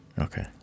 okay